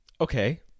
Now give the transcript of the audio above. Okay